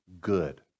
good